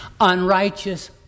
unrighteous